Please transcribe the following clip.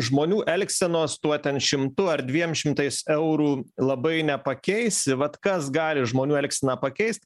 žmonių elgsenos tuo ten šimtu ar dviem šimtais eurų labai nepakeisi vat kas gali žmonių elgseną pakeist